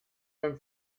beim